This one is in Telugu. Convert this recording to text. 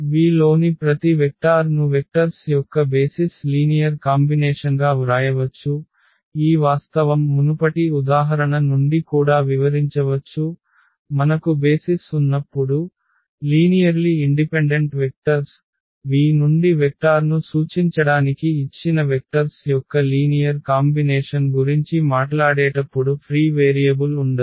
V లోని ప్రతి వెక్టార్ను వెక్టర్స్ యొక్క బేసిస్ లీనియర్ కాంబినేషన్గా వ్రాయవచ్చు ఈ వాస్తవం మునుపటి ఉదాహరణ నుండి కూడా వివరించవచ్చు మనకు బేసిస్ ఉన్నప్పుడు లీనియర్లి ఇండిపెండెంట్ వెక్టర్స్ V నుండి వెక్టార్ను సూచించడానికి ఇచ్చిన వెక్టర్స్ యొక్క లీనియర్ కాంబినేషన్ గురించి మాట్లాడేటప్పుడు ఫ్రీ వేరియబుల్ ఉండదు